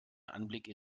anblick